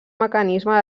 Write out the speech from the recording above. mecanisme